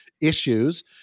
issues